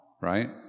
Right